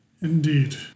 Indeed